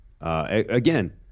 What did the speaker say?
Again